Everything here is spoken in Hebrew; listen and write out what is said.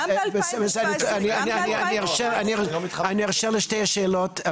אני ארשה לשתי השאלות,